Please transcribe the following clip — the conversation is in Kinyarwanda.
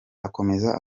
akomeza